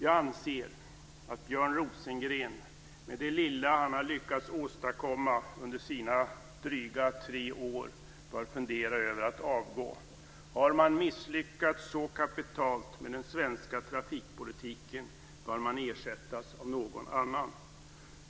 Jag anser att Björn Rosengren, med det lilla han har lyckats åstadkomma under sina dryga tre år, bör fundera över att avgå. Har man misslyckats så kapitalt med den svenska trafikpolitiken bör man ersättas av någon annan.